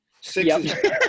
six